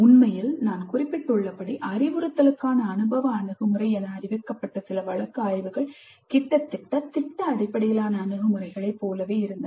உண்மையில் நான் குறிப்பிட்டுள்ளபடி அறிவுறுத்தலுக்கான அனுபவ அணுகுமுறை என அறிவிக்கப்பட்ட சில வழக்கு ஆய்வுகள் கிட்டத்தட்ட திட்ட அடிப்படையிலான அணுகுமுறைகளைப் போலவே இருந்தன